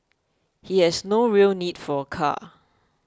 he has no real need for car